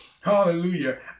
hallelujah